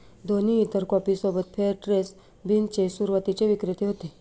दोन्ही इतर कॉफी सोबत फेअर ट्रेड बीन्स चे सुरुवातीचे विक्रेते होते